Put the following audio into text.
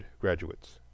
graduates